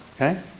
Okay